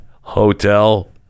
Hotel